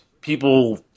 people